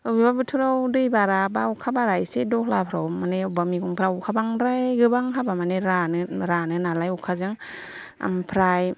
बबेबा बोथोराव दै बारा बा अखा बारा एसे दलहाफ्राव माने बबेबा मैगंफ्रा बांद्राय गोबां हाबा माने रानो रानो नालाय अखाजों ओमफ्राय